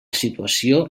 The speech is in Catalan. situació